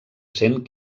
cent